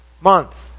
month